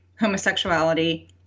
homosexuality